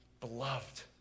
beloved